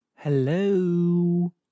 Hello